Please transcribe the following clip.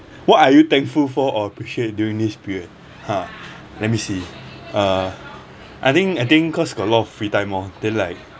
what are you thankful for or appreciate during this period ha let me see uh I think I think cause got a lot of free time orh then like